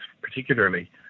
particularly